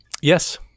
Yes